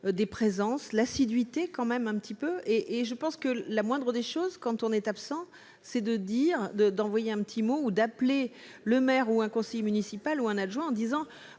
des présence l'assiduité quand même un petit peu et je pense que la moindre des choses quand on est absent, c'est de dire de d'envoyer un petit mot ou d'appeler le maire ou un conseiller municipal ou un adjoint en disant